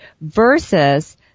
versus